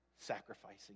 sacrificing